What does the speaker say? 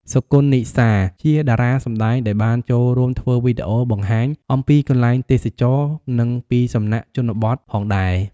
សុគន្ធ និសា ជាតារាសម្តែងដែលបានចូលរួមធ្វើវីដេអូបង្ហាញអំពីកន្លែងទេសចរណ៍ និងពីសំណាក់ជនបទផងដែរ។